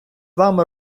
вами